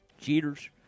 Cheaters